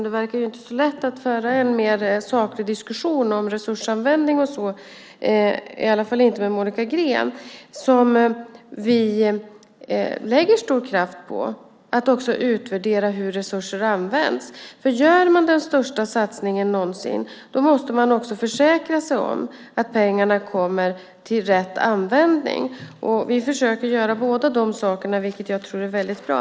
Det verkar dock inte så lätt att föra en mer saklig diskussion om resursanvändning, i alla fall inte med Monica Green. Vi lägger stor kraft på att också utvärdera hur resurser används. Gör man den största satsningen någonsin måste man också försäkra sig om att pengarna används rätt. Vi försöker göra båda dessa saker, vilket jag tror är mycket bra.